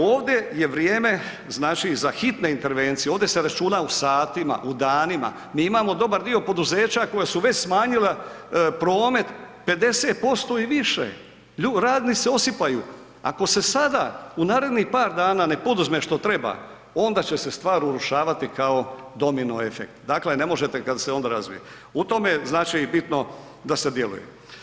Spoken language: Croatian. Ovdje je vrijeme znači za hitne intervencije, ovdje se računa u satima, u danima, mi imamo dobar dio poduzeća koja su već smanjila promet 50% i više, ... se osipaju, ako se sada u narednih par dana ne poduzme što treba, onda će se stvar urušavati kao domino efekt, dakle ne možete kad se, ... u tome znači bitno da se djeluje.